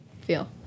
feel